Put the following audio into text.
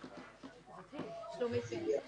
עורך הדין שלו, מרדכי ברקוביץ.